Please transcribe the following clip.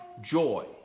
joy